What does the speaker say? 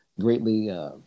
greatly